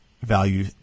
value